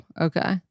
okay